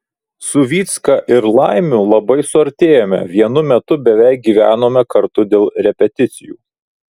su vycka ir laimiu labai suartėjome vienu metu beveik gyvenome kartu dėl repeticijų